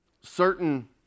certain